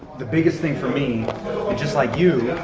the biggest thing for me and just like you,